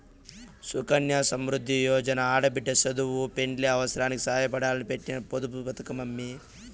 సుకన్య సమృద్ది యోజన ఆడబిడ్డ సదువు, పెండ్లి అవసారాలకి సాయపడాలని పెట్టిన పొదుపు పతకమమ్మీ